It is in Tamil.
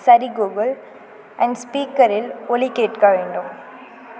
சரி கூகுள் என் ஸ்பீக்கரில் ஒலி கேட்க வேண்டும்